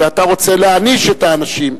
ואתה רוצה להעניש את האנשים.